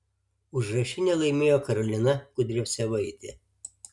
užrašinę laimėjo karolina kudriavcevaitė